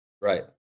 Right